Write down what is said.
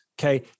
okay